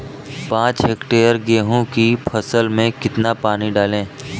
पाँच हेक्टेयर गेहूँ की फसल में कितना पानी डालें?